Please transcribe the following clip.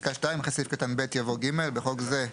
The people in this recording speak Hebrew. "(2)אחרי סעיף קטן (ב) יבוא: "(ג) בחוק זה,